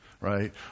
right